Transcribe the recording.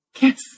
Yes